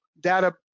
data